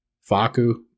Faku